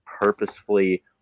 purposefully